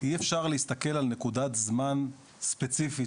אי אפשר להסתכל על נקודת זמן ספציפית